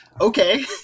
okay